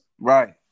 right